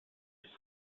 its